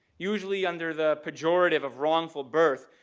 usually under the pejorative of wrongful birth,